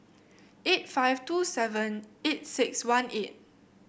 eight five two seven eight six one eight